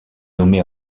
nommée